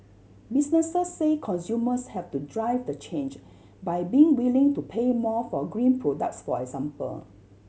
businesses say consumers have to drive the change by being willing to pay more for green products for example